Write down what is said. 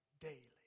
daily